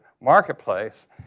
marketplace